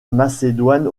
macédoine